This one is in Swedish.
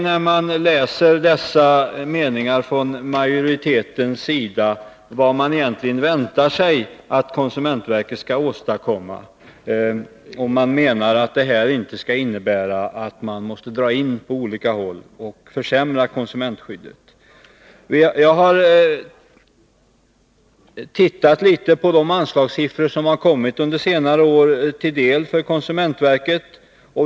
När jag läser dessa meningar från majoritetens sida frågar jag mig vad man egentligen väntar sig att konsumentverket skall kunna åstadkomma, om besparingen inte skall innebära att verket måste dra in på olika håll och försämra konsumentskyddet. Jag har tittat litet på de anslag som under senare år har kommit konsumentverket till del.